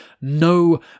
no